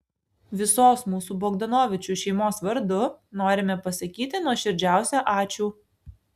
visos mūsų bogdanovičių šeimos vardu norime pasakyti nuoširdžiausią ačiū